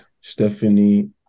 Stephanie